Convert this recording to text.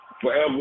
forever